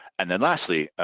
and then lastly,